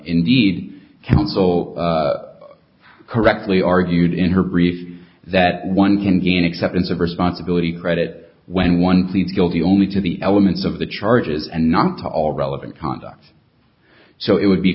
indeed counsel correctly argued in her grief that one can gain acceptance of responsibility credit when one sees guilty only to the elements of the charges and not all relevant conduct so it would be